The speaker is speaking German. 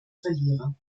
verlierer